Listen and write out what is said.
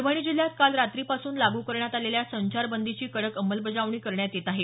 परभणी जिल्ह्यात काल रात्रीपासून लागू करण्यात आलेल्या संचार बंदीची कडक अंमलबजावणी करण्यात येत आहे